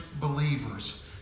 believers